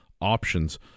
options